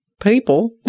people